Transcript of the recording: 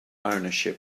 ownership